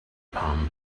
palm